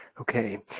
okay